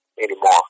anymore